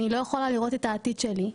אני לא יכולה לראות את העתיד שלי,